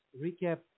recap